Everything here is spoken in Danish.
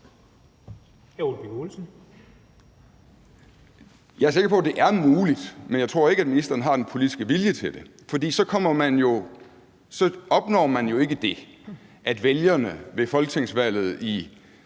Jeg er sikker på, at det er muligt, men jeg tror ikke, at ministeren har den politiske vilje til det, for så opnår man jo ikke det, at vælgerne ved folketingsvalget i